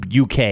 UK